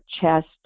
chest